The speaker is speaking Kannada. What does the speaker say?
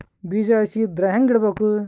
ಬೀಜ ಹಸಿ ಇದ್ರ ಹ್ಯಾಂಗ್ ಇಡಬೇಕು?